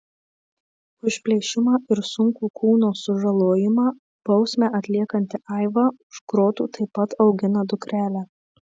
už plėšimą ir sunkų kūno sužalojimą bausmę atliekanti aiva už grotų taip pat augina dukrelę